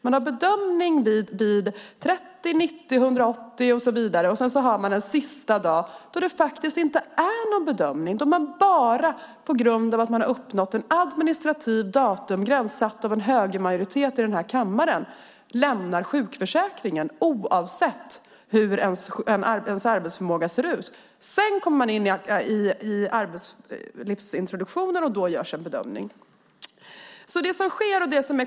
Man gör bedömning vid 30, 90, 180 dagar och så vidare, och sedan har man en sista dag då det inte är fråga om någon bedömning, då man enbart på grund av att man uppnått en administrativ datumgräns, satt av en högermajoritet i denna kammare, lämnar sjukförsäkringen. Det sker oberoende av hur ens arbetsförmåga ser ut. Därefter kommer man in i arbetslivsintroduktionen, och då görs en bedömning.